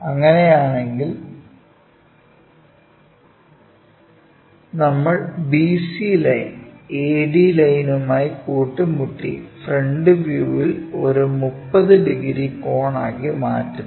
അങ്ങനെയാണെങ്കിൽ നമ്മൾ B C line AD ലൈനുമായിട്ടു കൂട്ടി മുട്ടി ഫ്രണ്ട് വ്യൂവിൽ ഒരു 30 ഡിഗ്രി കോണാക്കി മാറ്റുന്നു